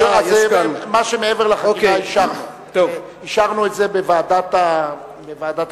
מה שמעבר לחקירה אישרנו בוועדת הכנסת.